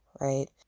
right